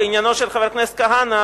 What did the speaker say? בעניינו של חבר הכנסת כהנא,